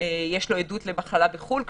יש עדות למחלה בחו"ל,